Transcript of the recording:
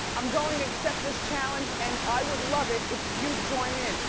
i'm going to accept this challenge and i would love it if you'd join in.